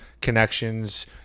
connections